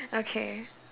okay